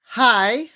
Hi